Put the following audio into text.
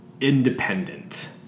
independent